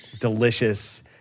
delicious